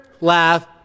laugh